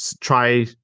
try